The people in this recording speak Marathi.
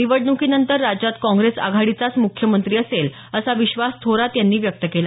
निवडणूकीनंतर राज्यात काँग्रेस आघाडीचाच मुख्यमंत्री असेल असा विश्वास थोरात यांनी व्यक्त केला